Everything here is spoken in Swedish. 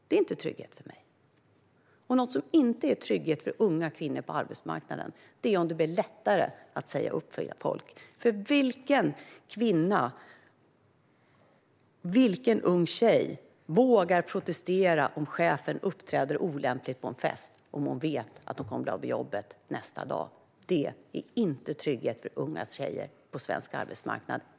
Det är inte trygghet för mig. Något som inte är trygghet för unga kvinnor på arbetsmarknaden är om det blir lättare att säga upp fler människor. Vilken kvinna eller ung tjej vågar protestera om chefen uppträder olämpligt på en fest om hon vet att hon blir av med jobbet nästa dag? Detta är inte trygghet för unga tjejer på svensk arbetsmarknad.